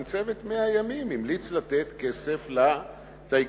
גם צוות 100 הימים המליץ לתת כסף לטייקונים.